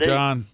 John